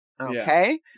Okay